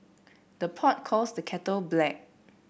the pot calls the kettle black